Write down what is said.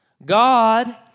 God